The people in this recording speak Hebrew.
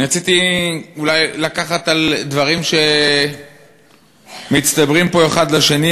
תודה, רציתי לקחת דברים שמצטברים פה אחד לשני.